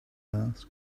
asked